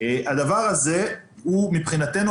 הדבר הזה הוא מבחינתנו,